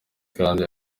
kandi